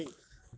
kidding